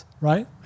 Right